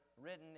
written